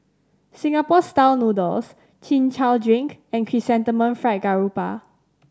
Singapore Style Noodles Chin Chow drink and Chrysanthemum Fried Garoupa